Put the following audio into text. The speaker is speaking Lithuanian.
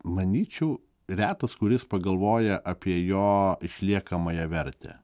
manyčiau retas kuris pagalvoja apie jo išliekamąją vertę